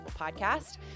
Podcast